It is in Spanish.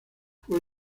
fue